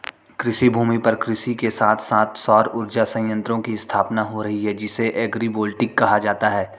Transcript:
कृषिभूमि पर कृषि के साथ साथ सौर उर्जा संयंत्रों की स्थापना हो रही है जिसे एग्रिवोल्टिक कहा जाता है